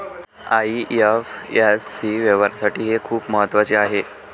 IFSC व्यवहारासाठी हे खूप महत्वाचे आहे